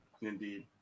Indeed